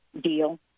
deal